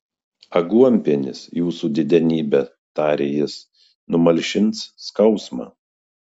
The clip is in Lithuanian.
aguonpienis jūsų didenybe tarė jis numalšins skausmą